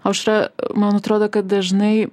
aušra man atrodo kad dažnai